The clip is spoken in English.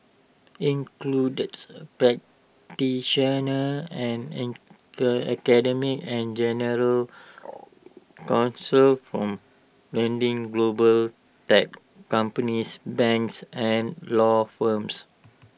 includes practitioners and academics and general counsel from lending global tech companies banks and law firms